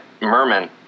Merman